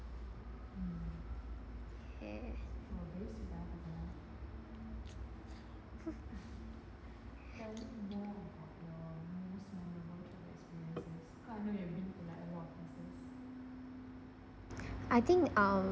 yeah I think um